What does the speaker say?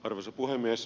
arvoisa puhemies